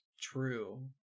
True